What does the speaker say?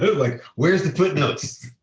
like, where's the footnotes?